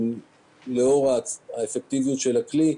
לאור האפקטיביות של הכלי,